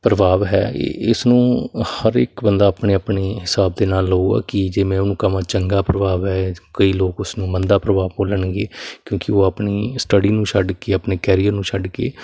ਪ੍ਰਭਾਵ ਹੈ ਇਸ ਨੂੰ ਹਰ ਇੱਕ ਬੰਦਾ ਆਪਣੇ ਆਪਣੇ ਹਿਸਾਬ ਦੇ ਨਾਲ ਲਓਗਾ ਕਿ ਜੇ ਮੈਂ ਉਹਨੂੰ ਕਵਾਂ ਚੰਗਾ ਪ੍ਰਭਾਵ ਹੈ ਕਈ ਲੋਕ ਉਸਨੂੰ ਮੰਦਾ ਪ੍ਰਭਾਵ ਬੋਲਣਗੇ ਕਿਉਂਕਿ ਉਹ ਆਪਣੀ ਸਟਡੀ ਨੂੰ ਛੱਡ ਕੇ ਆਪਣੇ ਕੈਰੀਅਰ ਨੂੰ ਛੱਡ ਕੇ